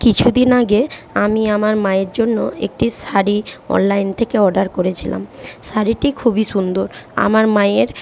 কিছুদিন আগে আমি আমার মায়ের জন্য একটি শাড়ি অনলাইন থেকে অর্ডার করেছিলাম শাড়িটি খুবই সুন্দর আমার মায়ের